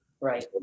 Right